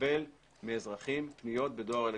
לקבל מאזרחים פניות בדואר אלקטרוני.